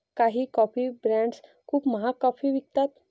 काही coffee brands खूप महाग कॉफी विकतात